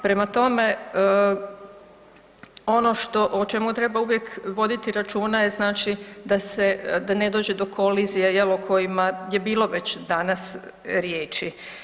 Prema tome, ono što o čemu treba uvijek voditi računa je znači da se, da ne dođe do kolizije jel o kojima je bilo već danas riječi.